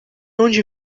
onde